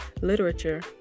literature